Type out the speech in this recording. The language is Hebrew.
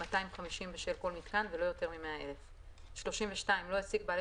250 בשל כל מיתקן ולא יותר מ- 100,000. (32) לא העסיק בעלי